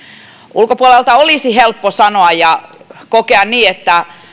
ulkopuolelta olisi helppo sanoa ja kokea niin että